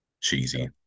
cheesy